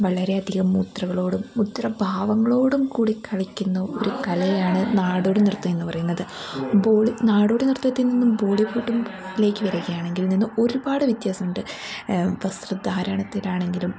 വളരെയധികം മുദ്രകളോടും മുദ്രഭാവങ്ങളോടും കൂടി കളിക്കുന്ന ഒരു കലയാണ് നാടോടിനൃത്തം എന്നു പറയുന്നത് ബോളി നാടോടി നൃത്തത്തിൽ നിന്നും ബോളിവുഡിലേക്ക് വരികയാണെങ്കിൽ നിന്നും ഒരുപാട് വ്യത്യാസമുണ്ട് വസ്ത്രധാരണത്തിലാണെങ്കിലും